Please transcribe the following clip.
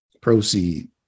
proceed